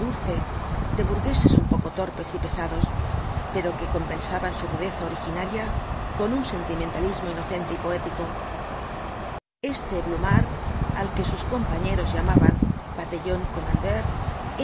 dulce de burgueses un poco torpes y pesados pero que compensaban su rudeza originaria con un sentimentalismo inocente y poético este blumhardt al que sus compañeros llamaban bataillon kommandeur